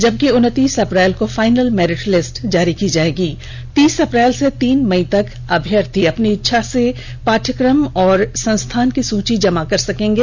जबकि उनतीस अप्रैल को फाइनल मेरिट लिस्ट जारी की जाएगी तीस अप्रैल से तीन मई तक अभ्यर्थी अपनी इच्छा के पाठ्यक्रम और संस्थान की सुची जमा कर सकेंगे